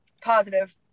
positive